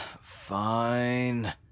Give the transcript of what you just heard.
Fine